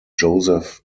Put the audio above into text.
joseph